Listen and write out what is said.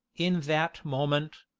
in that moment,